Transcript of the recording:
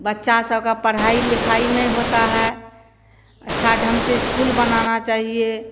बच्चे सब का पढ़ाई लिखाई नै होती है अच्छे ढंग से स्कूल बनाना चाहिए